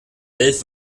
elf